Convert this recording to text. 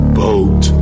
boat